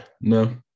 No